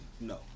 No